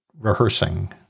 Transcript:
rehearsing